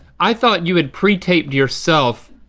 i thought you had pre-taped yourself